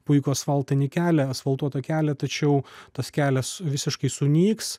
puikų asfaltinį kelią asfaltuotą kelią tačiau tas kelias visiškai sunyks